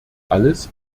alles